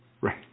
right